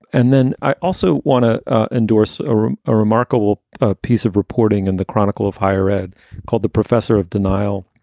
and then i also want to endorse a remarkable ah piece of reporting in the chronicle of higher ed called the professor of denial,